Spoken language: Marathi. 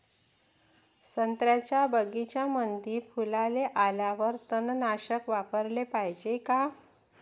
संत्र्याच्या बगीच्यामंदी फुलाले आल्यावर तननाशक फवाराले पायजे का?